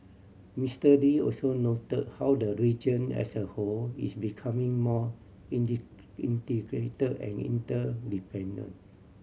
Mister Lee also note how the region as a whole is becoming more integrate and interdependent